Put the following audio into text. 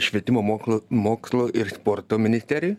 švietimo moklo mokslo ir sporto ministerijai